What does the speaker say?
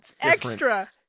extra